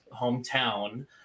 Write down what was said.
hometown